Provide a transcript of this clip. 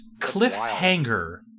Cliffhanger